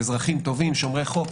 אזרחים שומרי חוק,